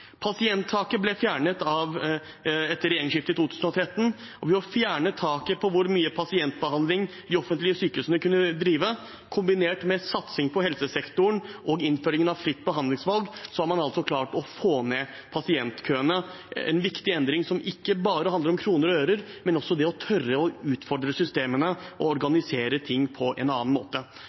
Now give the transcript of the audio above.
Pasienttaket ble fjernet etter regjeringsskiftet i 2013. Ved å fjerne taket på hvor mye pasientbehandling de offentlige sykehusene kunne drive, kombinert med satsing på helsesektoren og innføringen av fritt behandlingsvalg, har man altså klart å få ned pasientkøene. Det er en viktig endring som ikke bare handler om kroner og øre, men også om det å tørre å utfordre systemene og organisere ting på en annen måte.